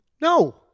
No